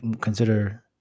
consider